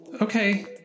okay